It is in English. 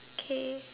okay